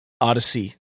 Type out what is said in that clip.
Odyssey